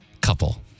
Couple